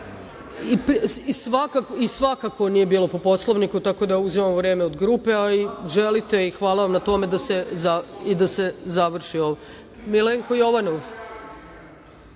27.)Svakako nije bilo po Poslovniku, tako da uzimam vreme od grupe, a i želite, i hvala vam na tome, da se završi ovo. Reč ima Milenko Jovanov.